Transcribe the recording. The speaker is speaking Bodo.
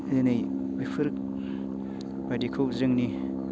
दिनै बेफोरबायदिखौ जोंनि